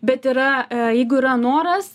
bet yra jeigu yra noras